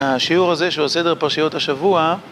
השיעור הזה שהוא הסדר פרשיות השבוע